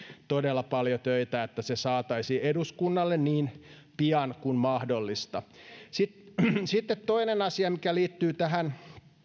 todella paljon töitä että se saataisiin eduskunnalle niin pian kuin mahdollista sitten sitten toinen asia mikä liittyy tähän